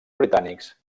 britànics